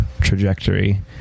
trajectory